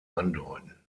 andeuten